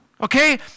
Okay